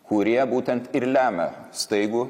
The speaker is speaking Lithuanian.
kurie būtent ir lemia staigų